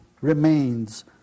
remains